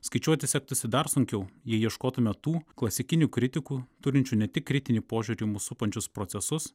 skaičiuoti sektųsi dar sunkiau jei ieškotume tų klasikinių kritikų turinčių ne tik kritinį požiūrį į mus supančius procesus